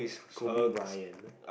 Kobe-Bryant